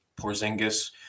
porzingis